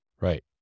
Right